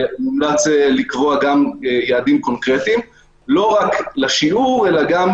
מומלץ לקבוע גם יעדים קונקרטיים לא רק לשיעור אלא גם